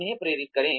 उन्हें प्रेरित करें